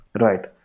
Right